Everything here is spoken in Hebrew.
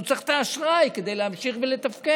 הם צריכים את האשראי כדי להמשיך ולתפקד.